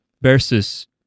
versus